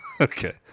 Okay